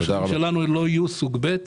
כדי שהתושבים שלנו לא יהיו סוג ב',